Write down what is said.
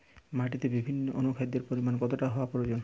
মাটিতে বিভিন্ন অনুখাদ্যের পরিমাণ কতটা হওয়া প্রয়োজন?